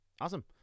Awesome